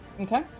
Okay